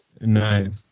Nice